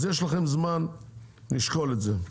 אז יש לכם זמן לשקול את זה,